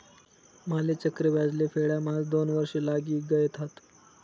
माले चक्रव्याज ले फेडाम्हास दोन वर्ष लागी गयथात